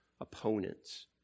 opponents